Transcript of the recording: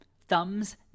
Thumbs